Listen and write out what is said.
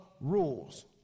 rules